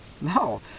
no